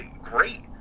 great